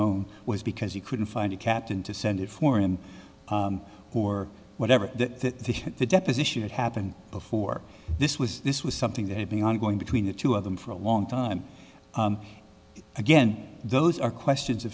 own was because he couldn't find a captain to send it for him or whatever that the deposition had happened before this was this was something that had been ongoing between the two of them for a long time again those are questions